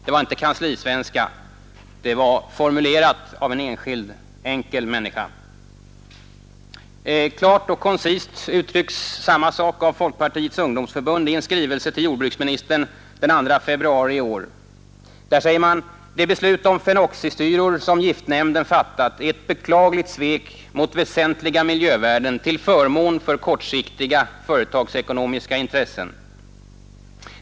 ” Det var inte kanslisvenska — det var formulerat av en enskild enkel människa. Klart och koncist uttrycks samma sak av Folkpartiets ungdomsförbund i en skrivelse till jordbruksministern den 2 februari i år där det avslutningsvis sägs: Det beslut om fenoxisyrer som giftnämnden fattat ”är ett beklagligt svek mot väsentliga miljövärden till förmån för kortsiktiga företagsekonomiska intressen.